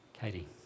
Katie